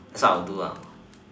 that's what I'll do ah